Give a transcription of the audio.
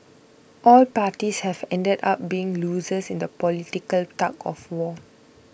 all parties have ended up being losers in the political tug of war